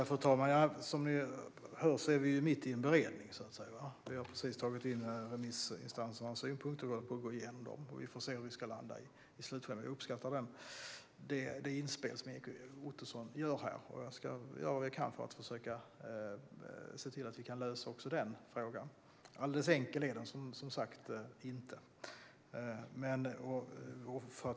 Fru talman! Som jag sa är vi mitt i en beredning. Vi har nyss tagit in remissinstansernas synpunkter och håller på att gå igenom dem. Vi får se hur vi ska landa i slutskedet. Jag uppskattar det inspel som Erik Ottoson gör här, och jag ska göra vad jag kan för att vi även ska kunna lösa denna fråga. Alldeles enkel är den som sagt inte.